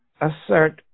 assert